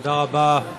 תודה רבה,